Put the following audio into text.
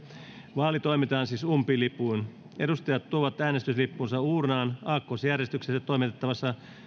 vaali toimitetaan siis umpilipuin edustajat tuovat äänestyslippunsa uurnaan aakkosjärjestyksessä toimitettavan